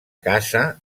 casa